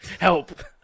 Help